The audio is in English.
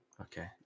okay